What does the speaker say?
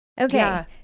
okay